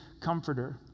comforter